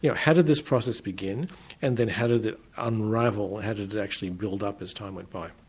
yeah how did this process begin and then how did it unravel, how did it actually build up as time went by?